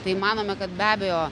tai manome kad be abejo